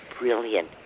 brilliant